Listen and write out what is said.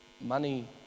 money